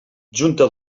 junta